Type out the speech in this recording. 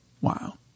Wow